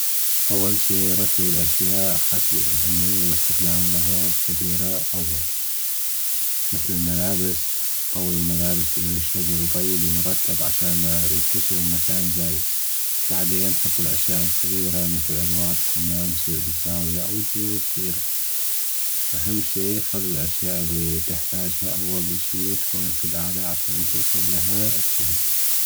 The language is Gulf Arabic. أول شي أرتب الأشياء حسب الأهمية المستخدمة من أغراض كثيرة مثل الملابس أطوي الملابس بشكل طيب ومرتب عشان مهلكيش مكان زايد بعدين احط الأشياء الصغيرة مثل أدوات الحمام تصير بالزاويا أو أهم شي خلى الأشياء اللي تحتاجها أول شي عشان تجدر توصلها بسهولة.